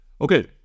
Okay